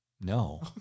No